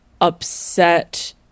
upset